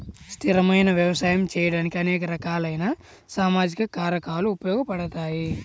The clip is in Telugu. స్థిరమైన వ్యవసాయం చేయడానికి అనేక రకాలైన సామాజిక కారకాలు ఉపయోగపడతాయి